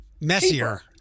Messier